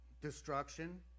destruction